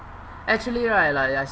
actually right like I